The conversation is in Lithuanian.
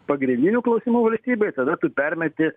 pagrindinių klausimų vertybėj tada tu permeti